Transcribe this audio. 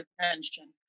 attention